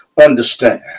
understand